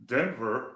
Denver